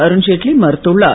அருண்ஜெட்லி மறுத்துள்ளார்